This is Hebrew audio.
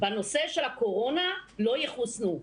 בנושא של הקורונה, לא יחוסנו.